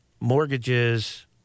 mortgages